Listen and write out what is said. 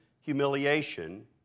humiliation